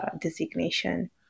designation